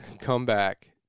comeback